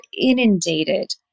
inundated